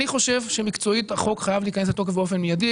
אני חושב שמקצועית החוק חייב להיכנס לתוקף באופן מיידי,